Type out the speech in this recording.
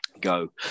go